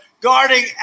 guarding